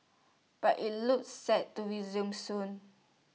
but IT looks set to resume soon